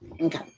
Okay